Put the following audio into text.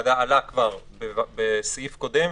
בסעיפי ההסמכות,